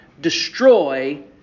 destroy